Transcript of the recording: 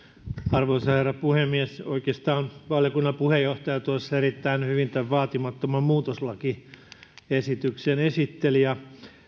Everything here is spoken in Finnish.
arvoisa herra puhemies oikeastaan valiokunnan puheenjohtaja tuossa erittäin hyvin tämän vaatimattoman muutoslakiesityksen esitteli ja